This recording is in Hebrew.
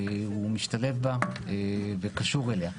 הוא משתלב בה וקשור אליה.